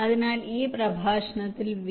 അതിനാൽ ഈ പ്രഭാഷണത്തിൽ വി